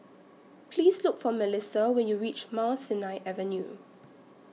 Please Look For Milissa when YOU REACH Mount Sinai Avenue